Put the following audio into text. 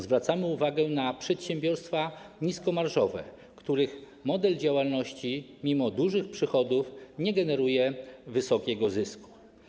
Zwracamy jednak uwagę na przedsiębiorstwa niskomarżowe, których model działalności mimo dużych przychodów nie generuje wysokiego zysku.